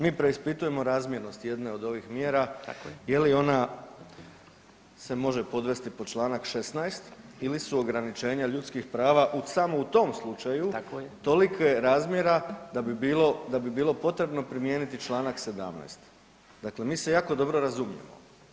Mi preispitujemo razmjernost jedne od ovih mjera je li ona se može podvesti pod Članak 16. ili su ograničenja ljudskih prava samo u tom slučaju tolikog razmjera da bi bilo potrebno primijeniti Članak 17., dakle mi se jako dobro razumijemo.